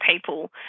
people